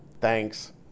thanks